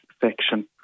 section